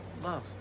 love